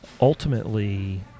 Ultimately